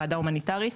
ועדה הומניטרית